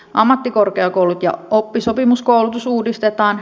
ammattikorkeakoulut ja oppisopimuskoulutus uudistetaan